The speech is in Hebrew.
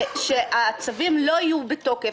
שהצווים לא יהיו בתוקף.